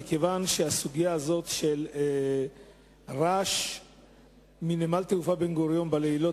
הסוגיה הזאת של רעש מנמל התעופה בן-גוריון בלילות,